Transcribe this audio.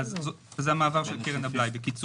זה בקיצור המעבר של קרן הבלאי.